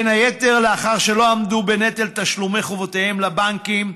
בין היתר לאחר שלא עמדו בנטל תשלומי חובותיהם לבנקים,